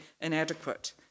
inadequate